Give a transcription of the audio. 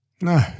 No